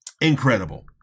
Incredible